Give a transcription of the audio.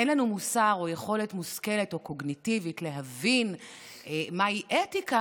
או יכולת מושכלת או קוגניטיבית להבין מהי אתיקה,